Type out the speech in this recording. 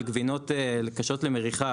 אלא על גבינות קשות למריחה,